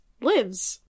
lives